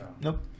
Nope